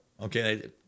Okay